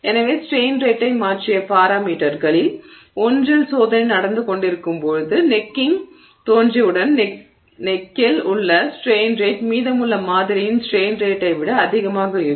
எனவே ஸ்ட்ரெய்ன் ரேட்டை மாற்றிய பாராமீட்டர்களில் ஒன்றில் சோதனை நடந்து கொண்டிருக்கும்போது கழுத்து தோன்றியவுடன் கழுத்தில் உள்ள ஸ்ட்ரெய்ன் ரேட் மீதமுள்ள மாதிரியின் ஸ்ட்ரெய்ன் ரேட்டை விட அதிகமாக இருக்கும்